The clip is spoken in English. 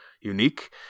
unique